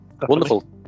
Wonderful